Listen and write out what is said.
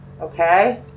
Okay